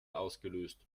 ausgelöst